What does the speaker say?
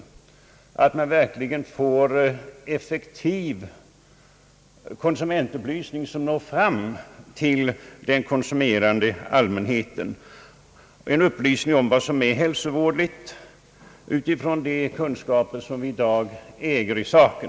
Det är ju så viktigt att det blir en effektiv konsumentupplysning som når fram till allmänheten, en upplysning om vad som är hälsovådligt utifrån de kunskaper som vi i dag äger i den här saken.